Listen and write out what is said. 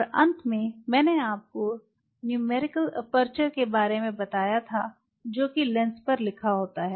और अंत में मैंने आपको न्यूमेरिकल एपर्चर के बारे में बताया था जो कि लेंस पर लिखा होता है